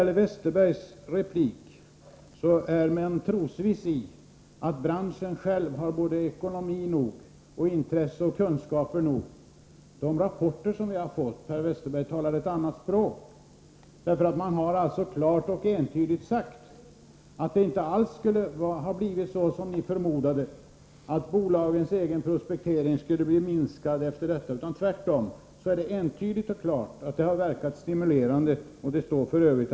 Per Westerberg var i sin replik trosviss om att branschen själv har ekonomi nog och intresse och kunskaper nog. De rapporter som vi har fått talar ett annat språk, Per Westerberg. Man har klart och entydigt sagt att det inte alls skulle ha blivit så som ni förmodade, dvs. att bolagens egen prospektering skulle minska — tvärtom har den stimulerats. Detta står f.ö.